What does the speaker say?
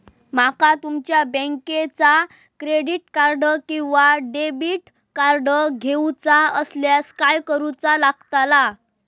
माका तुमच्या बँकेचा क्रेडिट कार्ड किंवा डेबिट कार्ड घेऊचा असल्यास काय करूचा लागताला?